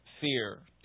fear